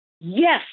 yes